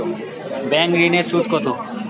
Bank ঋন এর সুদ কত?